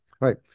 right